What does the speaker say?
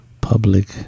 public